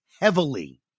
heavily